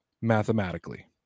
mathematically